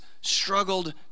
struggled